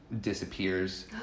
disappears